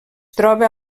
troba